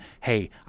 hey